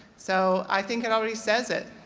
so i think it already says it.